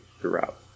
throughout